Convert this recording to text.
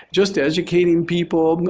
just educating people,